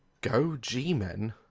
go g-men?